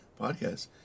podcast